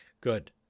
Good